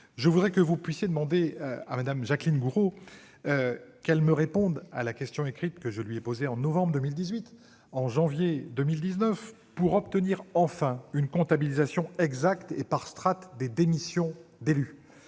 pourriez-vous demander à Mme Jacqueline Gourault de répondre à la question écrite que je lui ai posée en novembre 2018 et en janvier 2019 pour obtenir enfin une comptabilisation exacte, et par strate, des démissions d'élus.